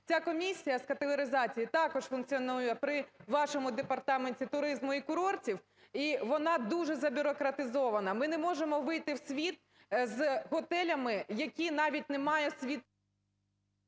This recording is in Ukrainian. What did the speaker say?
Ця комісія з категоризації також функціонує при вашому Департаменті туризму і курортів, і вона дуже забюрократизована. Ми не можемо вийти в світ з готелями, які навіть не мають…